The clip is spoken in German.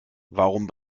warum